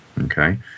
okay